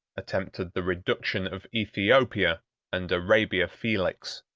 attempted the reduction of ethiopia and arabia felix.